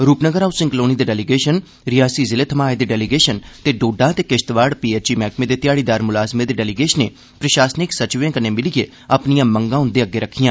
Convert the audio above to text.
Rupnagar housing colony दे delegation Reasi जिले थमां आए दे डेलीगेशन ते डोडा ते किश्तवाड़ पीएचई मैहकमे दे ध्याड़ीदार मुलाज़में दे डेलीगेशनें प्रशासनिक सचिवें कन्नै मिलियै अपनियां मंगां उंदे अग्गे रक्खियां